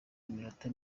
iminota